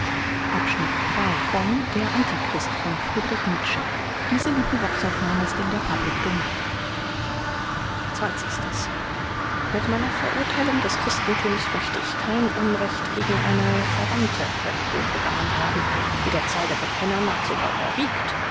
dietz mit meiner verurtheilung des christenthums möchte ich kein unrecht gegen eine verwandte religion begangen haben die der zahl der bekenner nach sogar überwiegt